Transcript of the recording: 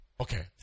Okay